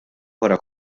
wara